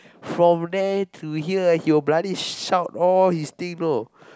from there to here he will bloody shout all his thing know